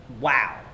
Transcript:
wow